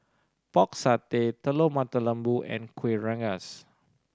Pork Satay Telur Mata Lembu and Kuih Rengas